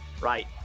right